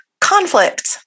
conflict